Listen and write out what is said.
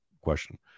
question